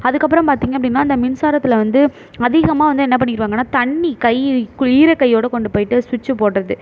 அதுக்கப்புறம் பார்த்திங்க அப்படினா அந்த மின்சாரத்தில் வந்து அதிகமாக வந்து என்ன பண்ணிடுவாங்கனா தண்ணி கை ஈர கையோடு கொண்டு போயிட்டு சுவிட்ச் போடுவது